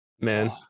Man